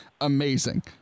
amazing